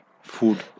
food